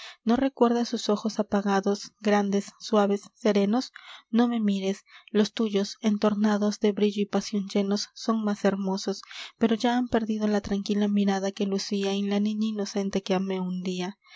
no recuerdas sus ojos apagados grandes suaves serenos no me mires los tuyos entornados de brillo y pasion llenos son más hermosos pero ya han perdido la tranquila mirada que lucia en la niña inocente que amé un dia